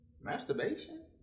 Masturbation